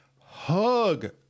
hug